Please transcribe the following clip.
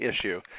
issue